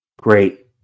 Great